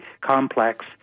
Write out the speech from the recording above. complex –